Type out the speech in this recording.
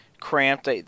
cramped